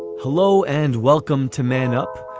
hello and welcome to man up,